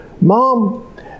Mom